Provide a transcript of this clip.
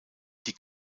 die